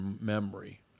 memory